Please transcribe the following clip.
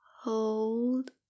Hold